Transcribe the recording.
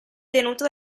tenuta